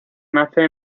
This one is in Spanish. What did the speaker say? nace